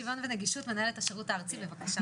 מנהלת השירות הארצי, בבקשה.